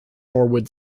norwood